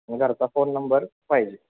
मग घरचा phone number पाहिजे